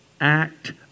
act